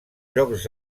jocs